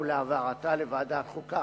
להעברתה לוועדת חוקה,